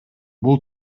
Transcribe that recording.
бул